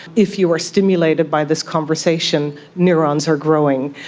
if you are stimulated by this conversation, neurons are growing.